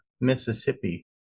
Mississippi